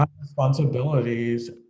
responsibilities